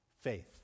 faith